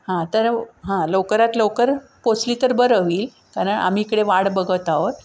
हां तर हां लवकरात लवकर पोहोचली तर बरं होईल कारण आम्ही इकडे वाट बघत आहोत